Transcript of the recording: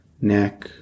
neck